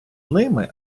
ними